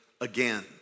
again